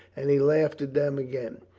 and he laughed at them again.